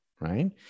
right